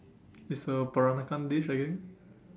it's a peranakan dish I think